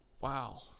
Wow